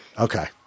Okay